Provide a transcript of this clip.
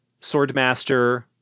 Swordmaster